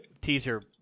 teaser